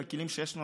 בכלים שיש לנו,